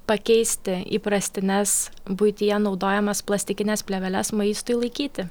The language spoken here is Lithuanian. pakeisti įprastines buityje naudojamas plastikines plėveles maistui laikyti